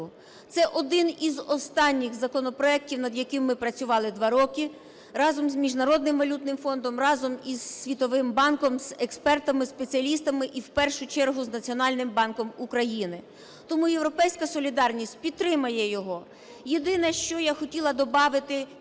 Це один із останніх законопроектів, над яким ми працювали 2 роки разом з Міжнародним валютним фондом, разом із Світовим банком, з експертами, спеціалістами і в першу чергу з Національним банком України. Тому "Європейська солідарність" підтримає його. Єдине, що я хотіла добавити,